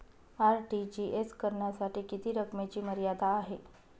RTGS करण्यासाठी किती रकमेची मर्यादा आहे?